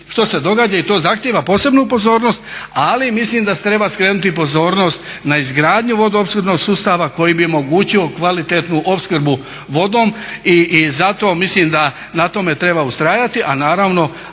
što se događa i to zahtjeva posebnu pozornost. Ali mislim da se treba skrenuti i pozornost na izgradnju vodoopskrbnog sustava koji bi omogućio kvalitetnu opskrbu vodom i zato mislim da na tome treba ustrajati a naravno